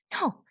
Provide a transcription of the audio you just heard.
no